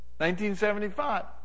1975